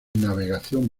navegación